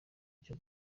cyo